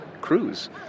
cruise